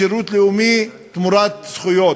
בנוסחה הזאת של שירות לאומי תמורת זכויות,